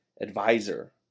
advisor